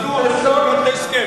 מדוע לא הגעתם להסכם?